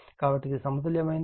కాబట్టి ఇది సమతుల్యమైనది